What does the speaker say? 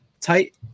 Tight